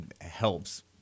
helps